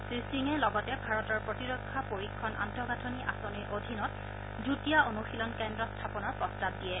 শ্ৰীসিঙে লগতে ভাৰতৰ প্ৰতিৰক্ষা পৰীক্ষণ আন্তঃগাঠনি আঁচনিৰ অধীনত যুটীয়া অনুশীলন কেন্দ্ৰ স্থাপনৰ প্ৰস্তাৱ দিয়ে